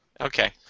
Okay